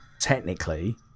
technically